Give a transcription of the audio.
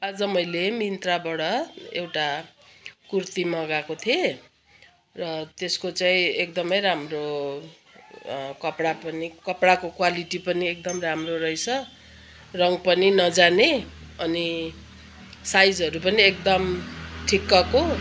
आज मैले मिन्त्राबाट एउटा कुर्ती मगाएको थिएँ र त्यसको चाहिँ एकदमै राम्रो कपडा पनि कपडाको क्वालिटी पनि एकदम राम्रो रहेछ रङ पनि नजाने अनि साइजहरू पनि एकदम ठिक्कको